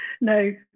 No